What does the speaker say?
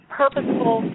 purposeful